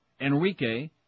Enrique